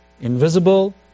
invisible